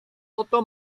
oto